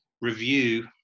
review